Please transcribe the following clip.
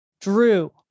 Drew